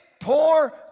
Poor